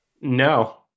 No